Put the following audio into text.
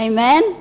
Amen